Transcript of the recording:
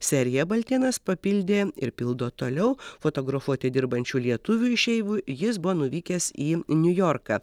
seriją baltėnas papildė ir pildo toliau fotografuoti dirbančių lietuvių išeivių jis buvo nuvykęs į niujorką